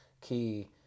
key